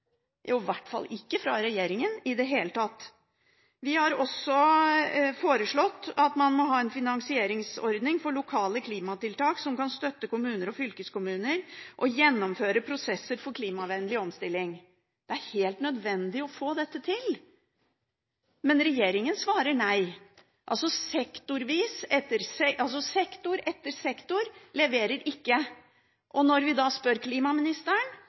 i hvert fall ikke fra regjeringen. Vi har også foreslått at man må ha en finansieringsordning for lokale klimatiltak som kan støtte kommuner og fylkeskommuner i å gjennomføre prosesser for klimavennlig omstilling. Det er helt nødvendig å få dette til. Men regjeringen svarer nei. Sektor etter sektor leverer ikke, og når vi spør klimaministeren